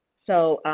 so,